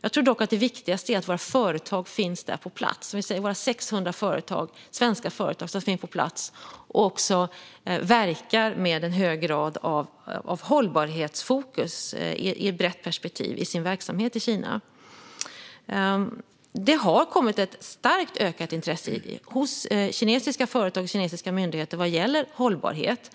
Jag tror dock att det viktigaste är att våra företag finns där på plats. Vi har 600 svenska företag på plats som verkar med en hög grad av hållbarhetsfokus i ett brett perspektiv i sin verksamhet i Kina. Det har kommit ett starkt ökat intresse hos kinesiska företag och myndigheter vad gäller hållbarhet.